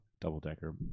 double-decker